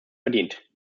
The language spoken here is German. verdient